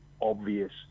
obvious